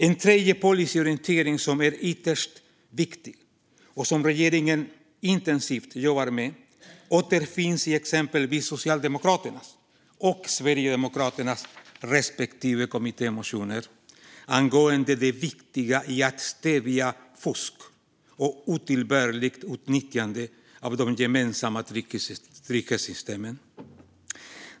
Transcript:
En tredje policyorientering som är ytterst viktig och som regeringen intensivt jobbar med återfinns i exempelvis Socialdemokraternas och Sverigedemokraternas respektive kommittémotioner angående det viktiga i att stävja fusk och otillbörligt utnyttjande av de gemensamma trygghetssystemen.